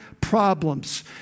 problems